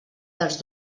dels